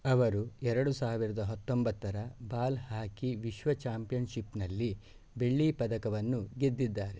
ಅವರು ಎರಡು ಸಾವಿರದ ಹತ್ತೊಂಬತ್ತರ ಬಾಲ್ ಹಾಕಿ ವಿಶ್ವ ಚಾಂಪಿಯನ್ಷಿಪ್ನಲ್ಲಿ ಬೆಳ್ಳಿ ಪದಕವನ್ನು ಗೆದ್ದಿದ್ದಾರೆ